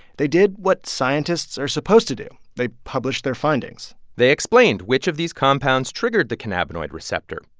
they did what scientists are supposed to do. they published their findings they explained which of these compounds triggered the cannabinoid receptor,